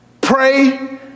Pray